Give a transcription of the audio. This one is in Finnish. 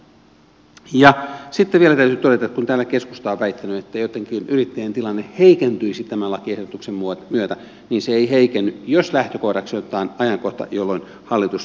sitten vielä täytyy todeta että kun täällä keskusta on väittänyt että joittenkin yrittäjien tilanne heikentyisi tämän lakiehdotuksen myötä niin se ei heikenny jos lähtökohdaksi otetaan ajankohta jolloin hallitus tuli virkaansa